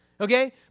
Okay